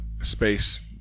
space